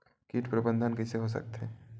कीट प्रबंधन कइसे हो सकथे?